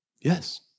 Yes